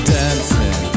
dancing